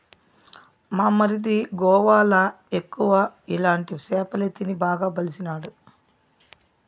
మా మరిది గోవాల ఎక్కువ ఇలాంటి సేపలే తిని బాగా బలిసినాడు